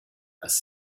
das